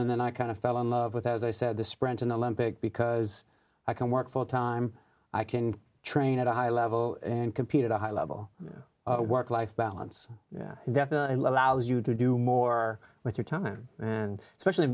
and then i kind of fell in love with as i said the sprint and olympic because i can work full time i can train at a high level and compete at a high level of work life balance yeah definitely laus you to do more with your time and especially